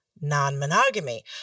non-monogamy